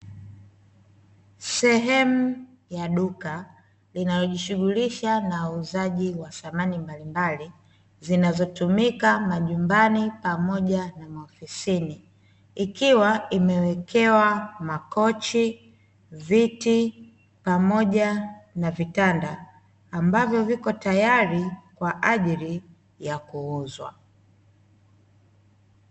Sehemu ya duka inayojishughulisha na uuzaji wa samani mbalimbali pamoja na maofisini, ikiwa imewekewa makochi, viti, pamoja na vitanda ambavyo vipo tayari kwa ajili ya kuuzwa.